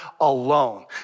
alone